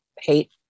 hate